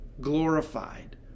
glorified